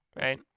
Right